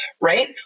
right